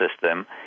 system